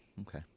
okay